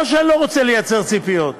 לא שאני לא רוצה לייצר ציפיות.